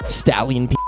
stallion